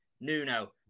Nuno